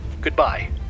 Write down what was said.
Goodbye